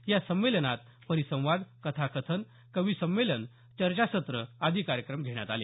या संमेलनात परिसंवाद कथाकथन कविसंमेलन चर्चासत्र आदी कार्यक्रम घेण्यात आले